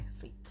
feet